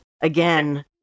again